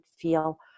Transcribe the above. feel